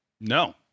No